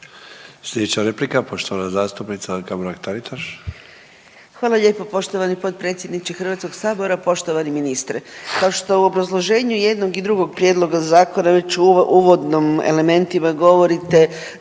Sljedeća replika poštovana zastupnica Anka Mrak Taritaš.